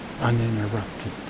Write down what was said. uninterrupted